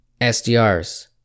SDRs